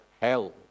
hell